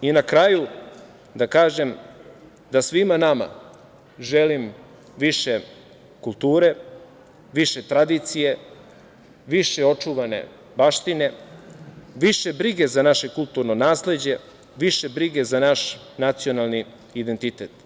Na kraju da kažem da svima nama želim više kulture, više tradicije, više očuvane baštine, više brige za naše kulturno nasleđe, više brige za naš nacionalni identitet.